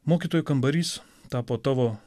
mokytojų kambarys tapo tavo